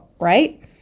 right